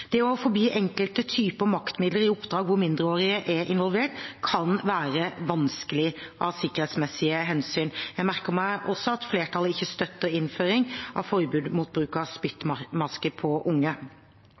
Det å forby enkelte typer maktmidler i oppdrag hvor mindreårige er involvert, kan være vanskelig av sikkerhetsmessige hensyn. Jeg merker meg også at flertallet ikke støtter innføring av forbud mot bruk av